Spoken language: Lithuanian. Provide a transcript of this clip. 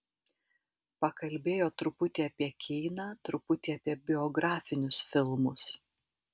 pakalbėjo truputį apie keiną truputį apie biografinius filmus